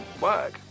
work